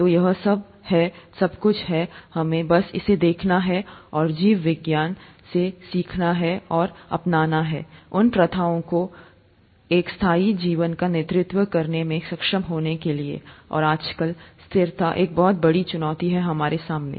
तो यह सब है सब कुछ है हमें बस इसे देखना है और जीव विज्ञान से सीखना और अपनाना है उन प्रथाओं को एक स्थायी जीवन का नेतृत्व करने में सक्षम होने के लिए और आजकल स्थिरता एक बहुत बड़ी चुनौती है हमारे सामने